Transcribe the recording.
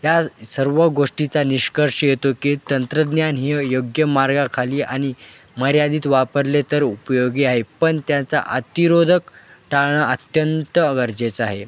या सर्व गोष्टीचा निष्कर्ष येतो की तंत्रज्ञान ही योग्य मार्गाखाली आणि मर्यादित वापरले तर उपयोगी आहे पण त्याचा अतिरोधक टाळणं अत्यंत गरजेचं आहे